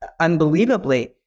unbelievably